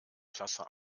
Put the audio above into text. klasse